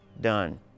done